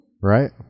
Right